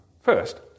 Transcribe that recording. First